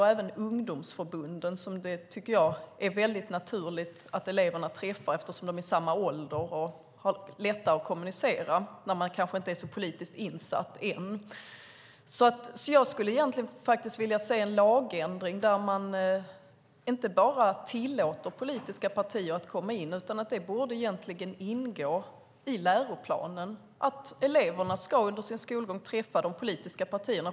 Det gäller även ungdomsförbunden som jag tycker att det är mycket naturligt att eleverna träffar eftersom man där är i samma ålder och har lättare att kommunicera när man ännu kanske inte är så politiskt insatt. Jag skulle vilja se en lagändring innebärande inte bara att politiska partier tillåts komma. Egentligen borde det också ingå i läroplanen att eleverna under sin skolgång ska träffa de politiska partierna.